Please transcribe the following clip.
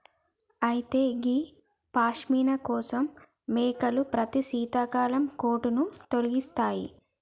అయితే గీ పష్మిన కోసం మేకలు ప్రతి శీతాకాలం కోటును తొలగిస్తాయి